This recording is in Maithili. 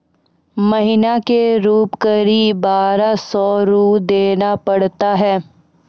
महीना के रूप क़रीब बारह सौ रु देना पड़ता है?